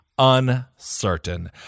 uncertain